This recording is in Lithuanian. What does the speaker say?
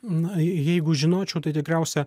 na jeigu žinočiau tai tikriausia